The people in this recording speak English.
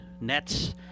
nets